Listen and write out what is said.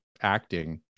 acting